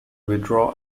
withdraw